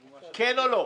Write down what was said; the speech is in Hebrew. כן או לא.